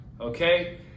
Okay